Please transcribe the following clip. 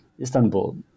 Istanbul